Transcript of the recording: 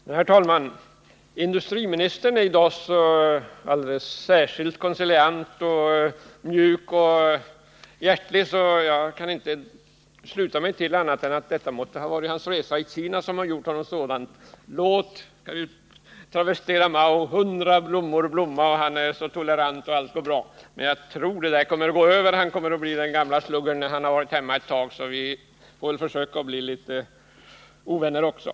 Herr talman! Industriministern är i dag så alldeles särskilt konciliant och mjuk och hjärtlig att jag inte kan sluta mig till annat än att det måste ha varit hans resa till Kina som har gjort honom sådan. ”Låt” — för att citera Mao — ”hundra blommor blomma"” Nils Åsling är tolerant och tycker att allt är bra, men jag tror det där kommer att gå över och att han kommer att bli den gamle sluggern igen när han har varit hemma ett tag. — Vi får väl försöka bli litet ovänner också.